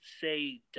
say